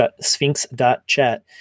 sphinx.chat